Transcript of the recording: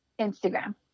Instagram